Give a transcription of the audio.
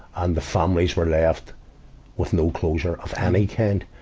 and the families were left with no closure of any kind.